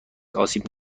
آسیب